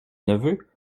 neveu